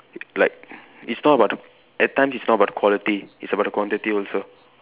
like it's not about the at times it's not about the quality it's about the quantity also